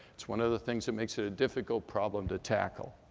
it's one of the things that makes it a difficult problem to tackle.